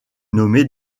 nommée